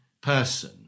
person